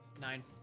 nine